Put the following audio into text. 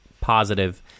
positive